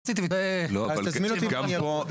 אז תבוא למועצה הארצית ותראה --- תזמין אותי ואני אבוא.